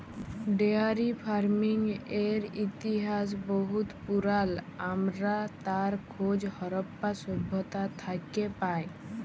dairy ফারমিংয়ের ইতিহাস বহুত পুরাল আমরা তার খোঁজ হরপ্পা সভ্যতা থ্যাকে পায়